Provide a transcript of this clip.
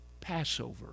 Passover